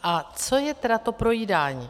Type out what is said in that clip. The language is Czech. A co je tedy to projídání?